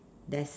death